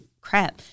crap